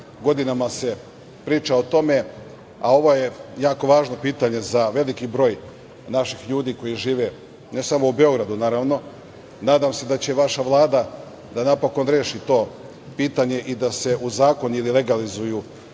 Godinama se priča o tome, a ovo je jako važno pitanje za veliki broj naših ljudi koji žive, ne samo u Beogradu, naravno, nadam se da će vaša Vlada da napokon reši to pitanje i da se u zakon ili legalizuju